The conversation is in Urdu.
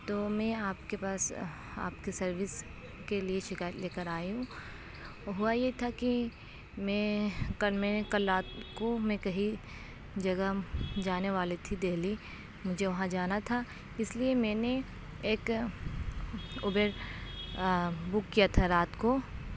تو میں آپ کے پاس آپ کی سروس کے لیے شکایت لے کر آئی ہوں ہُوا یہ تھا کہ میں کل میں کل لات کو میں کہی جگہ جانے والی تھی دہلی مجھے وہاں جانا تھا اِس لیے میں نے ایک ابیر بک کیا تھا رات کو